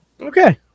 Okay